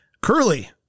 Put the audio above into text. curly